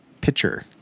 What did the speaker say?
pitcher